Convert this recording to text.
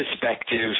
perspective